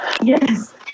Yes